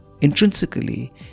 intrinsically